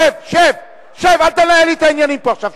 שב, שב, אל תנהל לי פה את העניינים עכשיו.